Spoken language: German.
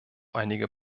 einige